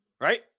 Right